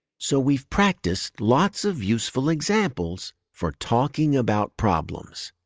so we've practiced lots of useful examples for talking about problems.